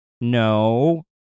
no